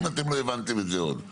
אם אתם לא הבנתם את זה עוד.